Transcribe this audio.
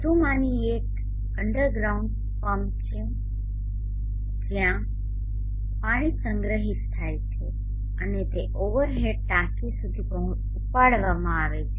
વધુમાંની એક underground sump છે જ્યાં પાણી સંગ્રહિત થાય છે અને તે ઓવરહેડ ટાંકી સુધી ઉપાડવામાં આવે છે